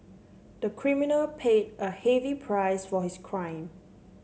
the criminal paid a heavy price for his crime